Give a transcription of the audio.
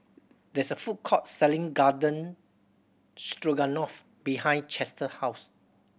there is a food court selling Garden Stroganoff behind Chester house